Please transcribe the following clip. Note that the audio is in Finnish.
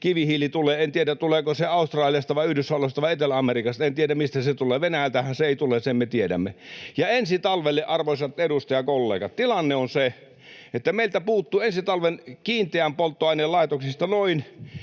kivihiili tulee... En tiedä, tuleeko se Australiasta vai Yhdysvalloista vai Etelä-Amerikasta. En tiedä, mistä se tulee. Venäjältähän se ei tule, sen me tiedämme. Ja ensi talvena, arvoisat edustajakollegat, tilanne on se, että meiltä puuttuu ensi talven kiinteän polttoaineen laitoksista noin